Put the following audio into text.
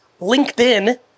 LinkedIn